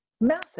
Massive